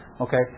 Okay